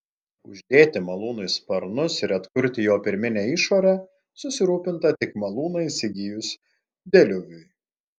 uždėti malūnui sparnus ir atkurti jo pirminę išorę susirūpinta tik malūną įsigijus deliuviui